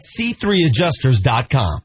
c3adjusters.com